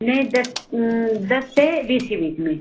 नहीं दस दस से बीस के बीच में